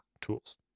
tools